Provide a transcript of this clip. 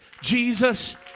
Jesus